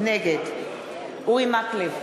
נגד אורי מקלב,